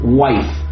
wife